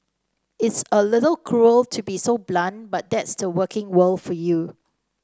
it's a little cruel to be so blunt but that's the working world for you